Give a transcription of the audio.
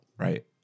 right